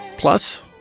Plus